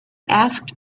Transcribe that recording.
asked